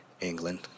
England